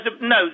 no